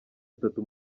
atatu